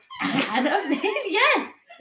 yes